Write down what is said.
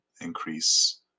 increase